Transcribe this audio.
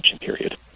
period